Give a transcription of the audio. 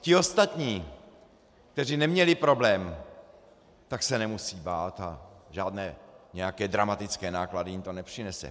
Ti ostatní, kteří neměli problém, se nemusí bát, žádné dramatické náklady jim to nepřinese.